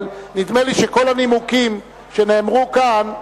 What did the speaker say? אבל נדמה לי שכל הנימוקים שנאמרו כאן,